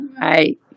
Right